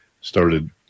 started